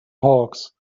hawks